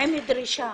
עם דרישה